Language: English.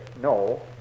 No